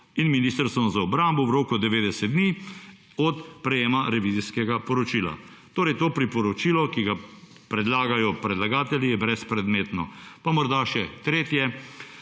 in Ministrstvom za obrambo v roku 90 dni od prejema revizijskega poročila. Torej, to priporočilo, ki ga predlagajo predlagatelji, je brezpredmetno. Pa morda še tretje.